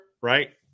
Right